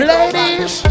Ladies